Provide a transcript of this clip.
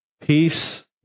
peace